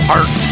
art